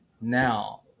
now